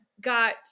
got